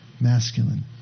masculine